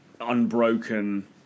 unbroken